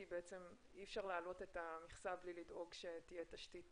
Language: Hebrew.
כי אי אפשר להעלות את המכסה בלי לדאוג שתהיה תשתית